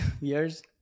years